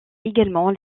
également